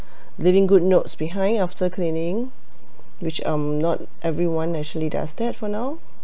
leaving good notes behind after cleaning which um not everyone does that for sure